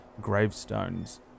gravestones